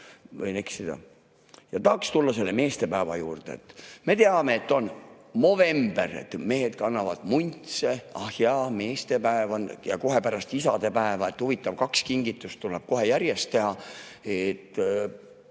Võin eksida. Tahaks tulla selle meestepäeva juurde. Me teame, et on movember, et mehed kannavad muntse. Ah jaa, meestepäev on ja kohe pärast isadepäeva, et huvitav, kaks kingitust tuleb kohe järjest teha.